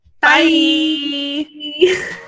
bye